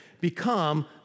become